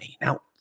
Now